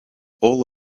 all